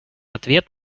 ответ